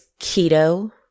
keto